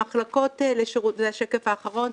השקף האחרון,